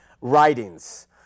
writings